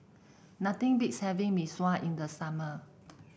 nothing beats having Mee Sua in the summer